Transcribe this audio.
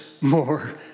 more